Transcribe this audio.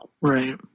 Right